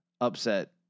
upset